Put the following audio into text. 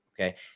Okay